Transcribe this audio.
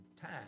time